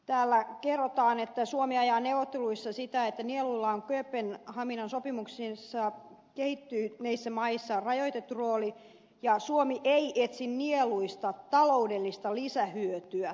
täällä kerrotaan että suomi ajaa neuvotteluissa sitä että nieluilla on kööpenhaminan sopimuksissa kehittyneissä maissa rajoitettu rooli ja suomi ei etsi nieluista taloudellista lisähyötyä